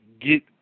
get